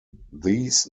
these